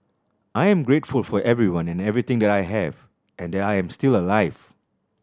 I am grateful for everyone and everything that I have and that I am still alive